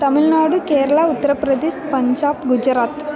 Tamil Nadu Kerala Uttar Pradesh Punjab Gujarat